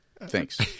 Thanks